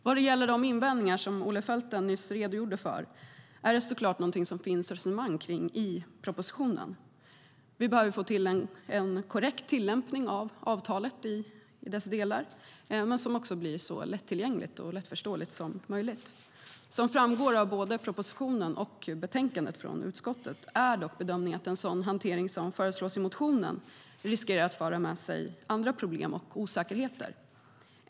Vad gäller de invändningar som Olle Felten nyss redogjorde för finns det såklart resonemang i propositionen. Vi behöver få till en korrekt tillämpning av avtalet i dess delar, men det måste också vara så lättillgängligt och lättförståeligt som möjligt. Som framgår av både propositionen och betänkandet är dock bedömningen att en sådan hantering som föreslås i motionen riskerar att föra med sig andra problem och osäkerheter.